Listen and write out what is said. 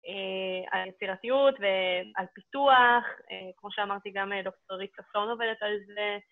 על יצירתיות ועל פיתוח, כמו שאמרתי, גם דוקטור ריצה פלון עובדת על זה.